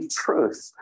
truth